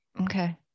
Okay